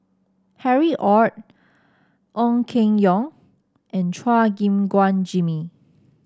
Harry Ord Ong Keng Yong and Chua Gim Guan Jimmy